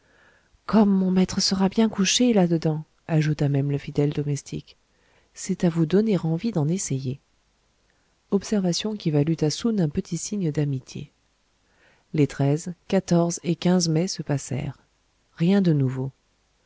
comme mon maître sera bien couché là-dedans ajouta même le fidèle domestique c'est à vous donner envie d'en essayer observation qui valut à soun un petit signe d'amitié les et mai se passèrent rien de nouveau